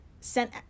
sent